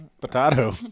Potato